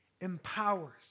empowers